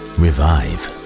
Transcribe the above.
revive